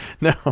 No